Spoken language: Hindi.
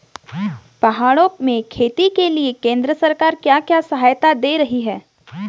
पहाड़ों में खेती के लिए केंद्र सरकार क्या क्या सहायता दें रही है?